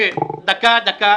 דקה, דקה.